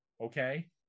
Okay